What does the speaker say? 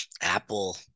Apple